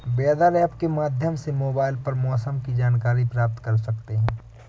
weather app के माध्यम से मोबाइल पर मौसम की जानकारी प्राप्त कर सकते हैं